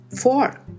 Four